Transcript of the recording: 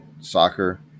soccer